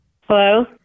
Hello